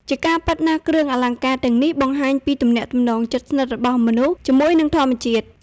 ជាការពិតណាស់ គ្រឿងអលង្ការទាំងនេះបង្ហាញពីទំនាក់ទំនងជិតស្និទ្ធរបស់មនុស្សជាមួយនឹងធម្មជាតិ។